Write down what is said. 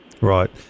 Right